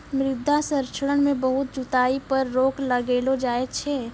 मृदा संरक्षण मे बहुत जुताई पर रोक लगैलो जाय छै